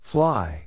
Fly